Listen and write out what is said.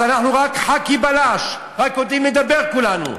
אז אנחנו רק "חכי בלאש", רק יודעים לדבר כולנו.